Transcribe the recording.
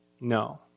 no